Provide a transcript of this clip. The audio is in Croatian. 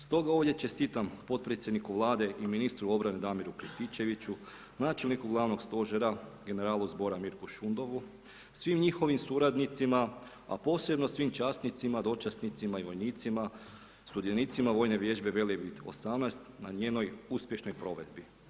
Stoga ovdje čestitam potpredsjedniku Vlade i ministru obrane Damiru Krstičeviću, načelniku glavnog stožera generalu zbora Mirku Šundovu, svim njihovim suradnicima, a posebno svim časnicima, dočasnicima i vojnicima, sudionicima vojne vježbe Velebit 18 na njenoj uspješnoj provedbi.